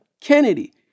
Kennedy